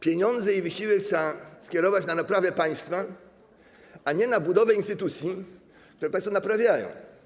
Pieniądze i wysiłek trzeba skierować na naprawę państwa, a nie na budowę instytucji, które państwo naprawiają.